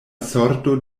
sorto